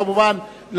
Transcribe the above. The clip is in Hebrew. כמובן,